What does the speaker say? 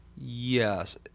Yes